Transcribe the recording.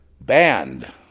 banned